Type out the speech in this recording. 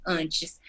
antes